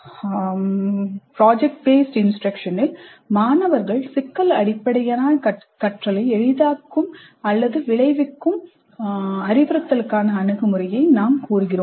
PBIயில் மாணவர்களின் சிக்கல் அடிப்படையிலான கற்றலை எளிதாக்கும் அல்லது விளைவிக்கும் அறிவுறுத்தலுக்கான அணுகுமுறையை நாம் கூறுகிறோம்